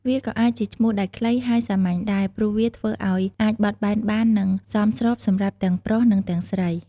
វាក៏អាចជាឈ្មោះដែលខ្លី ហើយសាមញ្ញដែរ ព្រោះវាធ្វើឱ្យអាចបត់បែនបាន និងសមស្របសម្រាប់ទាំងប្រុស និងទាំងស្រី។